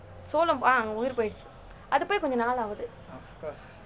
soul ah உயிர் போயிருச்சு அது பொய் கொஞ்சம் நாள் ஆகுது:uyir poyiruchu athu poi koncham naal aakuthu